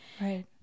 Right